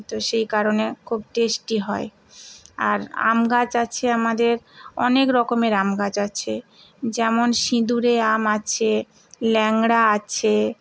তো সেই কারণে খুব টেস্টি হয় আর আম গাছ আছে আমাদের অনেক রকমের আম গাছ আছে যেমন সিঁদুরে আম আছে ল্যাংড়া আছে